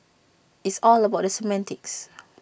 it's all about the semantics